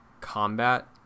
combat